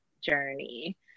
journey